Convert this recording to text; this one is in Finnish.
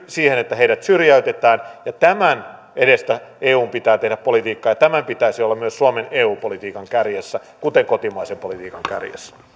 siihen että ihmisiä syrjäytetään tämän edestä eun pitää tehdä politiikkaa ja tämän pitäisi olla myös suomen eu politiikan kärjessä kuten kotimaisen politiikan kärjessä